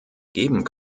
geben